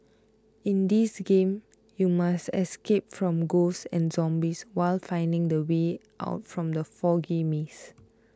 in this game you must escape from ghosts and zombies while finding the way out from the foggy maze